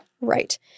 Right